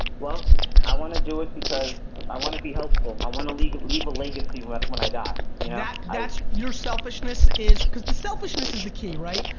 well i want to do it because i want to be helpful. i want to leave leave a legacy when when i die. you know that's that's your selfishness is because the selfishness is the key right.